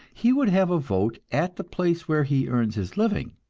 he would have a vote at the place where he earns his living,